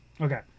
Okay